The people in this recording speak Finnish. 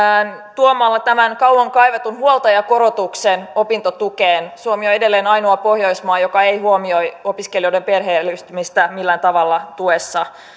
tuomalla tämän kauan kaivatun huoltajakorotuksen opintotukeen suomi on edelleen ainoa pohjoismaa joka ei huomioi opiskelijoiden perheellistymistä millään tavalla tuessa